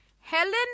Helen